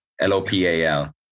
L-O-P-A-L